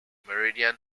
meridian